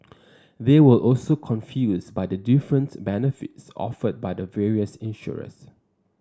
they were also confused by the difference benefits offered by the various insurers